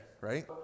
right